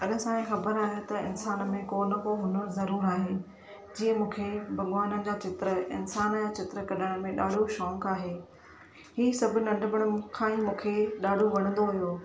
अॼु असांखे ख़बर आहे त इंसान में को न को हुनर ज़रूरु आहे जीअं मूंखे भॻवान जा चित्र इंसान जा चित्र कढाइण में ॾाढो शौक़ु आहे ही सभु नंढपण खां ई मूंखे ॾाढो वणंदो हुओ